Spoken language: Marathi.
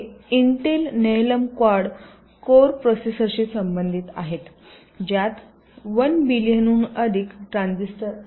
हे इंटेल नेहलेम क्वाड कोअर प्रोसेसरशी संबंधित आहे ज्यात 1 बिलियनहून अधिक ट्रान्झिस्टर आहेत